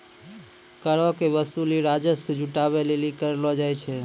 करो के वसूली राजस्व जुटाबै लेली करलो जाय छै